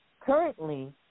currently